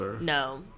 No